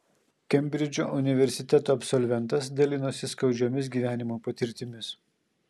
kembridžo universiteto absolventas dalinosi skaudžiomis gyvenimo patirtimis